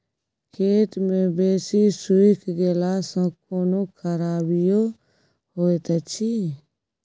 खेत मे बेसी सुइख गेला सॅ कोनो खराबीयो होयत अछि?